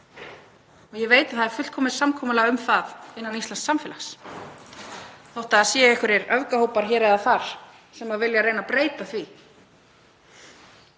Ég veit að það er fullkomið samkomulag um það innan íslensks samfélags þótt það séu einhverjir öfgahópar hér eða þar sem vilja reyna að breyta því.